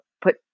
put